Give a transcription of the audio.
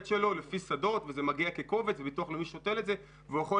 שלו לפי שדות וזה מגיע כקובץ וביטוח לאומי שותל את זה ויכול